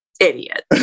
Idiot